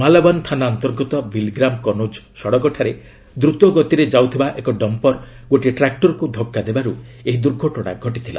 ମାଲାୱାନ୍ ଥାନା ଅନ୍ତର୍ଗତ ବିଲ୍ଗ୍ରାମ୍ କନୌଜ ସଡ଼କଠାରେ ଦ୍ରତ ଗତିରେ ଯାଉଥିବା ଏକ ଡମ୍ପର୍ ଗୋଟିଏ ଟ୍ରାକ୍ଟରକୁ ଧକ୍କା ଦେବାରୁ ଏହି ଦୁର୍ଘଟଣା ଘଟିଥିଲା